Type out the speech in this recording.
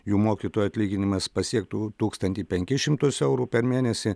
jų mokytojų atlyginimas pasiektų tūkstantį penkis šimtus eurų per mėnesį